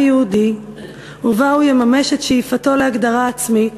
היהודי ובה הוא יממש את שאיפתו להגדרה עצמית,